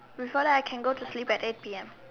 before that I can go to sleep at eight P_M